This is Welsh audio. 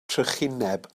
trychineb